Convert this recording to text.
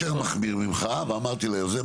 אז אני הייתי יותר מחמיר ממך ואמרתי ליוזם